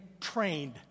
trained